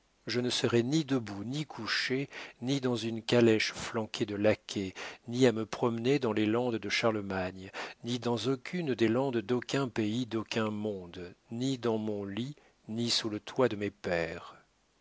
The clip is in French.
je ne serais ni debout ni couchée ni dans une calèche flanquée de laquais ni à me promener dans les landes de charlemagne ni dans aucune des landes d'aucun pays d'aucun monde ni dans mon lit ni sous le toit de mes pères